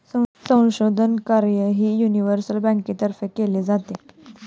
संशोधन कार्यही युनिव्हर्सल बँकेतर्फे केले जाते